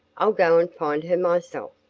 i'll go and find her myself.